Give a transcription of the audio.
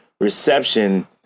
reception